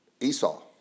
Esau